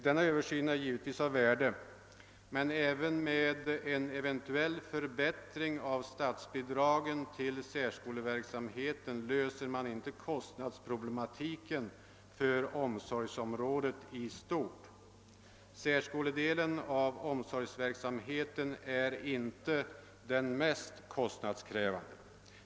Denna översyn är givetvis av värde, men inte heller med en eventuell förbättring av statsbidragen till särskoleverksamheten löser man kostnadsproblematiken för omsorgsområdet i stort. Särskoledelen av omsorgsverksamheten är inte den mest kostnadskrävande.